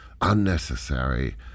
Unnecessary